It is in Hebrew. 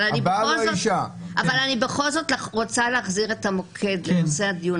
אבל אני בכל זאת רוצה להחזיר את המוקד לנושא הדיון.